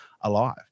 alive